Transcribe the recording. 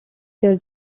their